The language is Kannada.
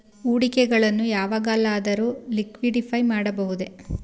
ಹೂಡಿಕೆಗಳನ್ನು ಯಾವಾಗಲಾದರೂ ಲಿಕ್ವಿಡಿಫೈ ಮಾಡಬಹುದೇ?